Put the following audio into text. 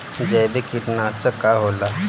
जैविक कीटनाशक का होला?